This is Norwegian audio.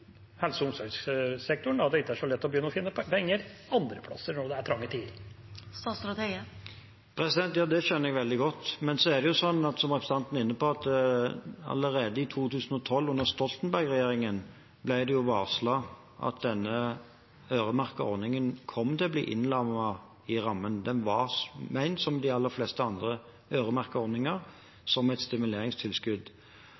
helse- og omsorgssektoren, da det ikke er så lett å finne penger andre steder når det er trange tider? Ja, det skjønner jeg veldig godt. Men så er det jo slik, som representanten var inne på, at allerede i 2012, under Stoltenberg-regjeringen, ble det varslet at denne øremerkede ordningen kom til å bli innlemmet i rammen. Den var ment, som de aller fleste andre